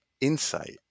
insight